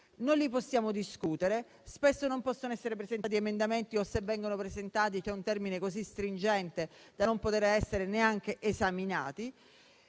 senza poter discutere; spesso non possono essere presentati emendamenti o, se vengono presentati, c'è un termine così stringente da non poter essere neanche esaminati.